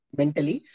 mentally